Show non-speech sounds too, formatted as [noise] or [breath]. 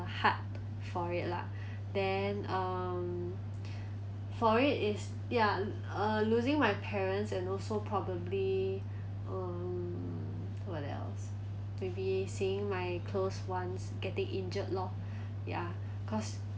hard for it lah [breath] then um for it is ya uh losing my parents and also probably um what else maybe seeing my close ones getting injured lor ya cause